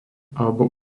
alebo